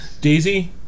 Daisy